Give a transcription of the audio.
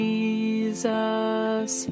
Jesus